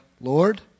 Lord